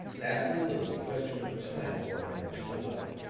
after a little the question of a time for our marriage came up